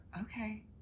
Okay